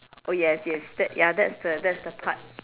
oh yes yes that ya that's the that's the part